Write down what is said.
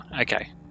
okay